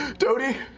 doty,